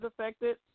affected